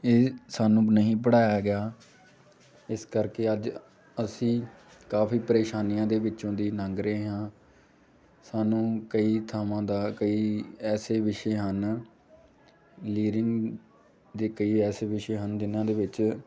ਇਹ ਸਾਨੂੰ ਨਹੀਂ ਪੜ੍ਹਾਇਆ ਗਿਆ ਇਸ ਕਰਕੇ ਅੱਜ ਅਸੀਂ ਕਾਫੀ ਪਰੇਸ਼ਾਨੀਆਂ ਦੇ ਵਿੱਚੋਂ ਦੀ ਲੰਘ ਰਹੇ ਹਾਂ ਸਾਨੂੰ ਕਈ ਥਾਵਾਂ ਦਾ ਕਈ ਐਸੇ ਵਿਸ਼ੇ ਹਨ ਲੀਰਿੰਗ ਦੇ ਕਈ ਐਸੇ ਵਿਸ਼ੇ ਹਨ ਜਿਹਨਾਂ ਦੇ ਵਿੱਚ